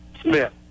Smith